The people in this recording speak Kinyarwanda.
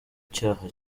cyaha